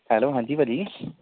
hello ਹਾਂਜੀ ਭਾਅ ਜੀ